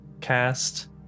cast